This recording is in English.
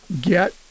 get